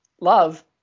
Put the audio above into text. love